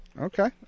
Okay